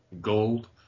gold